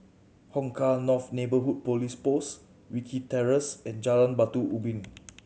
Hong Kah North Neighbourhood Police Post Wilkie Terrace and Jalan Batu Ubin